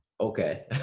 okay